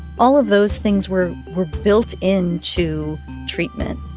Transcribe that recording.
all of those things were were built into treatment